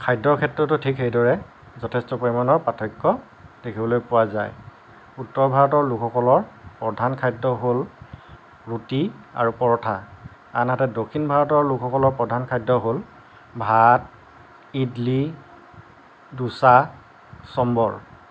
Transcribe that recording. খাদ্যৰ ক্ষেত্ৰতো ঠিক সেইদৰে যথেষ্ট পৰিমাণৰ পাৰ্থক্য দেখিবলৈ পোৱা যায় উত্তৰ ভাৰতৰ লোকসকলৰ প্ৰধান খাদ্য হ'ল ৰুটি আৰু পৰঠা আনহাতে দক্ষিণ ভাৰতৰ লোকসকলৰ প্ৰধান খাদ্য হ'ল ভাত ইদলি দোছা চম্বৰ